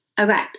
Okay